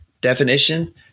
definition